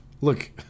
Look